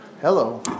Hello